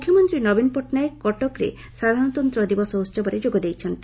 ମୁଖ୍ୟମନ୍ତ୍ରୀ ନବୀନ ପଟ୍ଟନାୟକ କଟକରେ ସାଧାରଣତନ୍ତ୍ର ଦିବସ ଉତ୍ସବରେ ଯୋଗ ଦେଇଛନ୍ତି